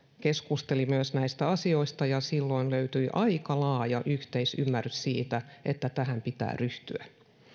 keskusteli myös näistä asioista ja silloin löytyi aika laaja yhteisymmärrys siitä että tähän pitää ryhtyä